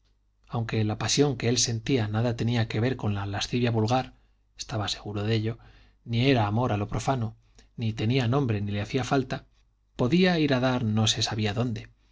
aunque la pasión que él sentía nada tenía que ver con la lascivia vulgar estaba seguro de ello ni era amor a lo profano ni tenía nombre ni le hacía falta podía ir a dar no se sabía dónde